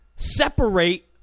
separate